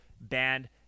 banned